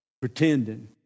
pretending